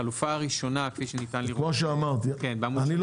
החלופה הראשונה כפי שניתן לראות- - כאמור אני לא